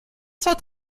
zwar